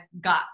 got